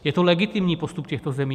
Je to legitimní postup těchto zemí.